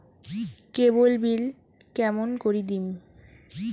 কেবল bill কেমন করি দিম?